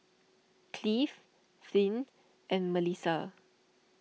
Cleave Finn and Milissa